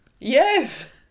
Yes